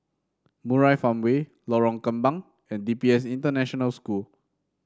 Murai Farmway Lorong Kembang and D P S International School